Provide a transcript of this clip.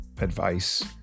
advice